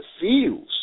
feels